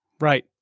Right